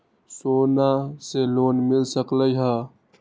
सोना से लोन मिल सकलई ह?